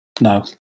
No